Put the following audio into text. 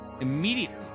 Immediately